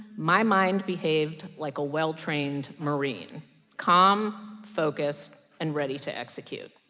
my mind behaved like a well-trained marine calm, focused and ready to execute.